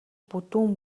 бүдүүн